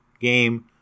game